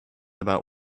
about